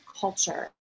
culture